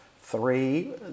Three